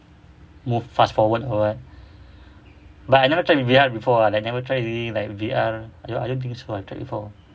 move fast forward or what but I never try V_R before ah I never try using like V_R I I don't think so I tried before